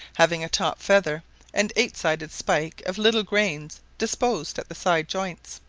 having a top feather and eight-sided spike of little grains disposed at the sidejoints.